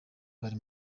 bari